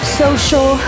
social